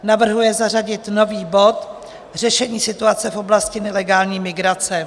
Navrhuje zařadit nový bod Řešení situace v oblasti nelegální migrace.